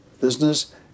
business